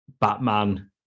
Batman